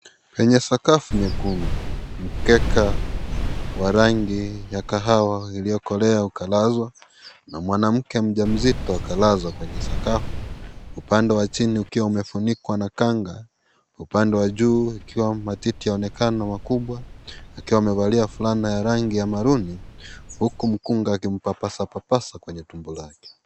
Kwenye sakafu nyekundu. Mkeka wa rangi ya kahawa iliyokolea ikalazwa. Na mwanamke mjamzito akalazwa kwenye sakafu. Upande wa chini ukiwa umefunikwa na kanga. Upande wa juu ikiwa matiti yaonekana makubwa. Akiwa amevalia fulana ya rangi ya maruuni. Huku mkunga akimpapasapapasa kwenye tumbo lake.